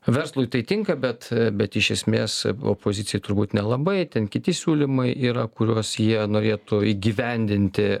verslui tai tinka bet bet iš esmės opozicijai turbūt nelabai ten kiti siūlymai yra kuriuos jie norėtų įgyvendinti